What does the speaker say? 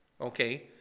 okay